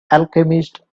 alchemist